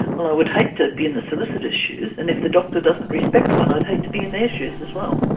well i would hate to be in the solicitor's shoes, and if the doctor doesn't respect one, i'd had to be in their shoes as well.